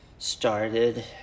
Started